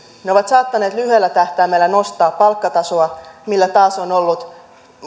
ne ovat saattaneet lyhyellä tähtäimellä nostaa palkkatasoa millä taas on ollut